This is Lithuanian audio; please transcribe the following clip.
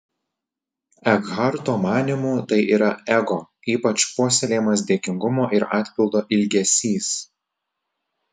ekharto manymu tai yra ego ypač puoselėjamas dėkingumo ir atpildo ilgesys